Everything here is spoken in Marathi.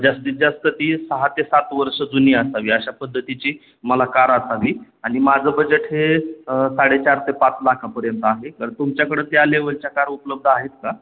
जास्तीत जास्त ती सहा ते सात वर्ष जुनी असावी अशा पद्धतीची मला कार असावी आणि माझं बजेट हे साडेचार ते पाच लाखापर्यंत आहे कार तुमच्याकडं त्या लेवलच्या कार उपलब्ध आहेत का